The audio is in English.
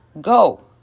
go